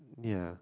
ya